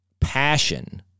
passion